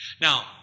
Now